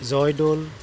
Joydol